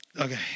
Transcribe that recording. Okay